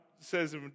says